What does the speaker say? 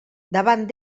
davant